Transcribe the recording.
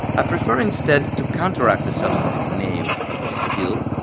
i prefer instead to counteract the substantive name of a skill,